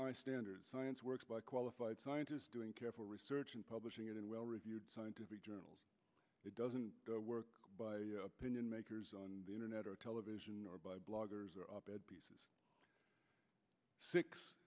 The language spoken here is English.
high standard science works by qualified scientists doing careful research and publishing it in well reviewed scientific journals it doesn't work by opinion makers on the internet or television or by bloggers or op ed pieces six